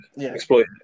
exploit